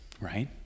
right